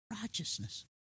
righteousness